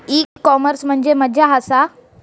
E commerce म्हणजे मझ्या आसा?